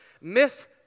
Miss